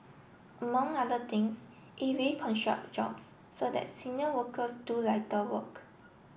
among other things it jobs so that senior workers do lighter work